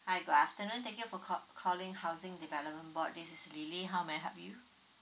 hi good afternoon thank you for call calling housing development board this is lily how may I help you